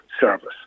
service